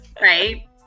Right